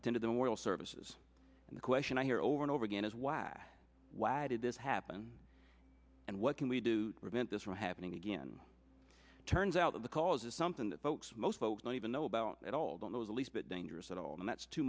into the memorial services and the question i hear over and over again is why why did this happen and what can we do to prevent this from happening again turns out that the cause is something that folks most folks don't even know about at all don't those the least bit dangerous at all and that's too